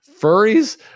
Furries